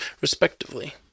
respectively